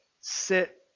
sit